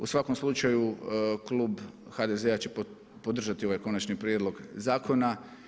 U svakom slučaju klub HDZ-a će podržati ovaj Konačni prijedlog zakona.